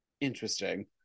Interesting